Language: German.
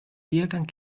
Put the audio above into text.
lehrgang